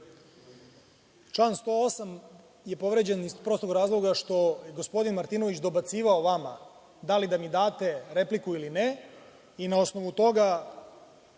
Član 108. je povređen iz prostog razloga što je gospodin Martinović dobacivao vama da li da mi date repliku ili ne i na osnovu toga